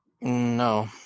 No